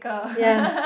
ya